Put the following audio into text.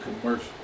commercial